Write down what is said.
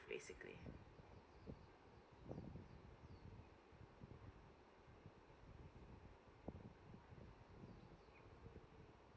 basically